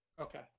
Okay